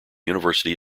university